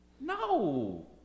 No